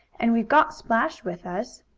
and we've got splash with us.